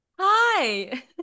Hi